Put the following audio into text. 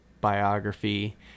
biography